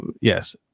Yes